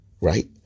Right